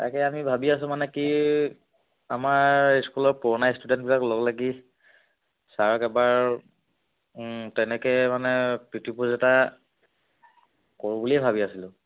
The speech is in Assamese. তাকে আমি ভাবি আছোঁ মানে কি আমাৰ স্কুলৰ পুৰণা ষ্টুডেণ্টবিলাক লগ লাগি ছাৰক এবাৰ তেনেকৈ মানে কৰোঁ বুলিয়েই ভাবি আছিলোঁ